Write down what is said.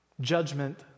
judgment